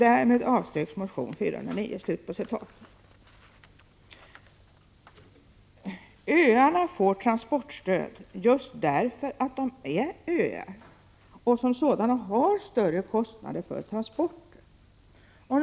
Därmed avstyrks motion A409.” Öarna får transportstöd just därför att de är öar och som sådana har större kostnader för transporter.